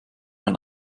man